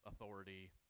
authority